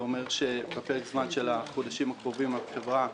זה אומר שבפרק זמן של החודשים הקרובים החברה